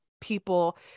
people